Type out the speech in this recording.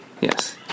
Yes